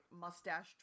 mustache